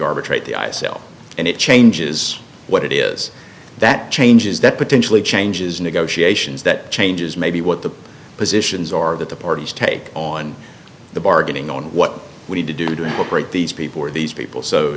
arbitrate the i c l and it changes what it is that changes that potentially changes negotiations that changes maybe what the positions are that the parties take on the bargaining on what we need to do to break these people are these people so